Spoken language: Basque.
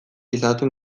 izaten